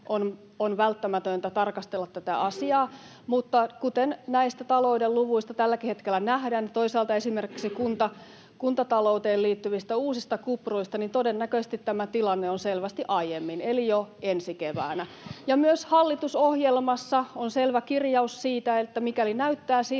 on välttämätöntä tarkastella tätä asiaa, mutta kuten tälläkin hetkellä nähdään näistä talouden luvuista ja toisaalta esimerkiksi kuntatalouteen liittyvistä uusista kupruista, niin todennäköisesti tämä tilanne on selvästi aiemmin eli jo ensi keväänä. Ja myös hallitusohjelmassa on selvä kirjaus siitä, että mikäli näyttää siltä,